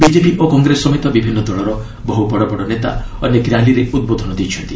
BJP ଓ କଂଗ୍ରେସ ସମେତ ବିଭିନ୍ନ ଦଳର ବହୁ ନେତା ଅନେକ ର୍ୟାଲିରେ ଉଦ୍ବୋଧନ ଦେଇଛନ୍ତି